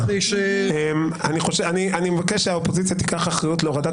אני מבקש שהאופוזיציה תיקח אחריות להורדת